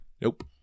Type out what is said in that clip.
Nope